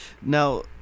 Now